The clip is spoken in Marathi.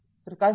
तर काय होईल